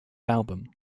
album